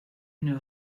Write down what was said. une